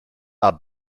are